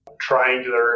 triangular